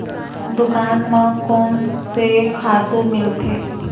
दुकान म कोन से खातु मिलथे?